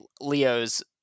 Leo's